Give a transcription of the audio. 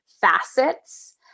facets